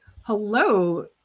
Hello